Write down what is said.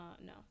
No